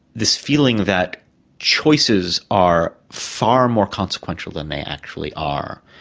this feeling that choices are far more consequential than they actually are.